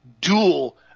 dual